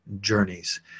journeys